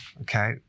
okay